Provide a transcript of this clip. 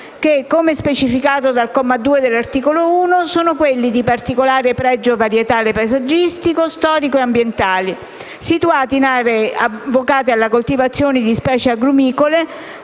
che, come specificato dal comma 2 dell'articolo 1, sono quelli di particolare pregio varietale paesaggistico, storico e ambientale, situati in aree vocate alla coltivazione di specie agrumicole